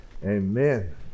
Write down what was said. Amen